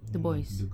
the boys